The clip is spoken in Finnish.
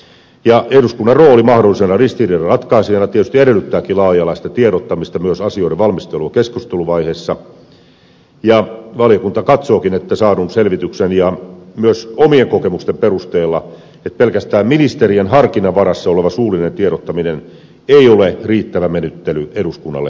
eduskunnan rooli mahdollisena ristiriidan ratkaisijana tietysti edellyttääkin laaja alaista tiedottamista myös asioiden valmistelua keskusteluvaiheessa ja valiokunta katsookin saadun selvityksen ja myös omien kokemusten perusteella että pelkästään ministerien harkinnan varassa oleva suullinen tiedottaminen ei ole riittävä menettely eduskunnalle tiedottamisessa